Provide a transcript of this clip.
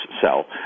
sell